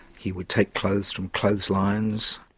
he would take clothes from clothes lines.